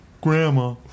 Grandma